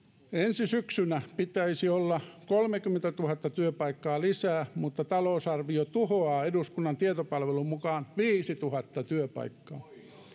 ensi syksynä pitäisi olla kolmekymmentätuhatta työpaikkaa lisää mutta talousarvio tuhoaa eduskunnan tietopalvelun mukaan viisituhatta työpaikkaa